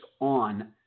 on